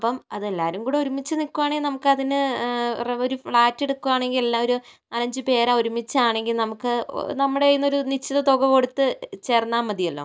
അപ്പോൾ അത് എല്ലാവരും കൂടെ ഒരുമിച്ച് നിൽക്കുകയാണെങ്കിൽ നമുക്ക് അതിനു ഒരു ഫ്ലാറ്റ് എടുക്കുകയാണെങ്കിൽ എല്ലാവരും നാലഞ്ചുപേര് ഒരുമിച്ച് ആണെങ്കിൽ നമുക്ക് നമ്മുടെ കൈയിൽ നിന്ന് ഒരു നിശ്ചിത തുക കൊടുത്ത് ചേർന്നാൽ മതിയല്ലോ